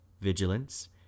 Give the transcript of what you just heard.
vigilance